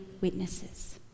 witnesses